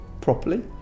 properly